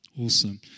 Awesome